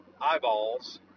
eyeballs